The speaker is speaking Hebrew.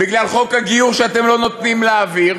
בגלל חוק הגיור שאתם לא נותנים להעביר,